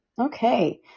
Okay